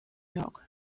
york